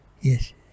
Yes